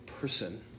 person